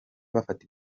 bafata